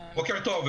בוקר טוב.